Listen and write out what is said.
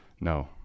No